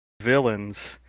villains